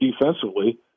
defensively